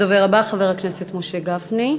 הדובר הבא, חבר הכנסת משה גפני,